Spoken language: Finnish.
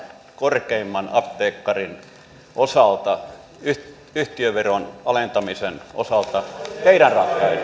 korkeimman apteekkarin yhtiöveron alentamisen osalta heidän